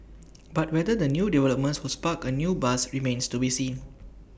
but whether the new developments was spark A new buzz remains to be seen